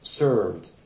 served